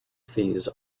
fees